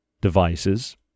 devices